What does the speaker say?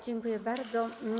Dziękuję bardzo.